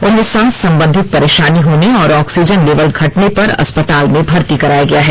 उन्हें सांस संबंधित परेशानी होने और आक्सीजन लेवल घटने पर अस्पताल में भर्ती कराया गया है